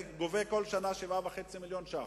אני גובה כל שנה 7.5 מיליוני ש"ח,